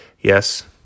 yes